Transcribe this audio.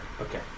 Okay